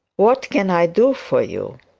what can i do for you